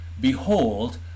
behold